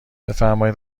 بفرمایید